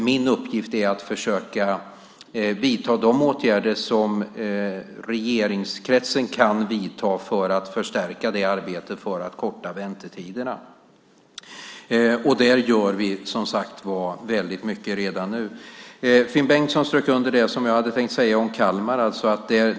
Min uppgift är att försöka vidta de åtgärder som regeringskretsen kan vidta för att förstärka det arbetet för att korta väntetiderna. Där gör vi som sagt var väldigt mycket redan nu. Finn Bengtsson strök under det som jag hade tänkt säga om Kalmar.